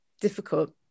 difficult